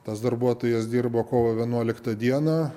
tas darbuotojas dirbo kovo vienuoliktą dieną